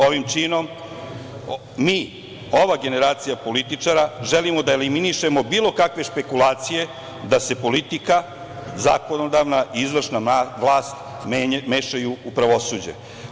Ovim činom mi, ova generacija političara, želimo da eliminišemo bilo kakve špekulacije da se politika, zakonodavna i izvršna vlast mešaju u pravosuđe.